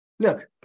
Look